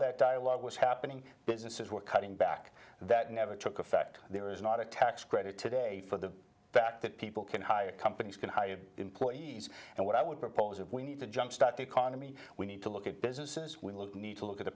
that dialogue was happening businesses were cutting back that never took effect there is not a tax credit today for the fact that people can hire companies can hire employees and what i would propose of we need to jumpstart the economy we need to look at businesses we need to look at the